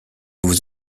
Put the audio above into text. vous